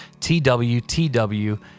twtw